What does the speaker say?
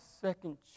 second